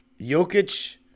Jokic